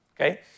okay